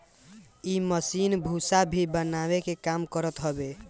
इ मशीन भूसा भी बनावे के काम करत हवे